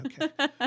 Okay